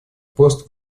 пост